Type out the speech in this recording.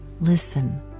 listen